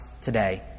today